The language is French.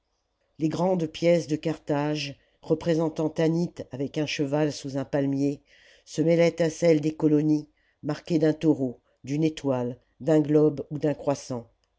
les grandes pièces de carthage représentant tanit avec un cheval sous un palmier se mêlaient à celles des colonies marquées d'un taureau d'une étoile d'un globe ou d un croissant